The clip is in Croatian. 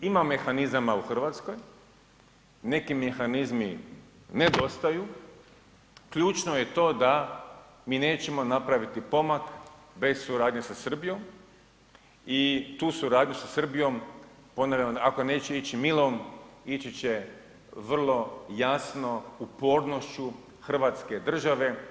Ima mehanizama u Hrvatskoj, neki mehanizmi nedostaju, ključno je to da mi nećemo napraviti pomak bez suradnje sa Srbijom i tu suradnju sa Srbijom, ponavljam ako neće ići milom ići će vrlo jasno upornošću Hrvatske države.